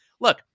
look